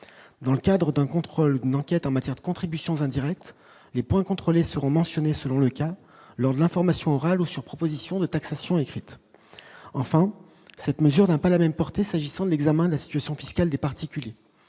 dans le cadre d'un contrôle n'enquête en matière de contribution indirecte les points contrôlés seront mentionnés, selon le cas lors de l'information orale ou sur proposition de taxation écrite enfin cette mesure, hein, pas la même portée Sajid son examen de la situation fiscale des particuliers,